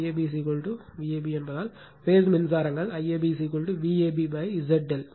Vab Vab என்பதால் phase மின்சாரங்கள் IAB Vab Z∆ are